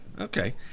Okay